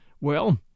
Well